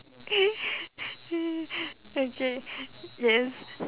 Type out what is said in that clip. okay yes